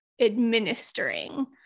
administering